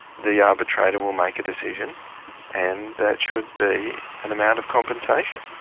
the arbitrator will make a decision and that should be an amount of compensation.